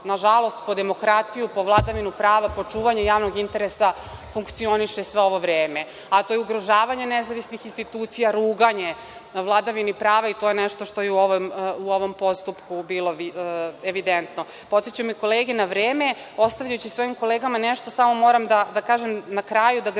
nažalost po demokratiju, po vladavinu prava, po čuvanju javnog interesa, funkcioniše sve ovo vreme, a to je ugrožavanje nezavisnih institucija, ruganje vladavini prava i to je nešto što je u ovom postupku bilo evidentno. Podsećaju me kolege na vreme. Ostavljajući svojim kolegama, nešto samo moram da kažem na kraju da građani